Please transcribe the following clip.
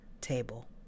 table